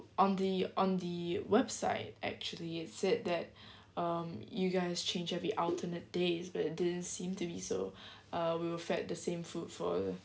on the on the website actually it said that um you guys change every alternate days but it didn't seem to be so um we were fed the same food for